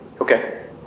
Okay